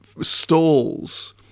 stalls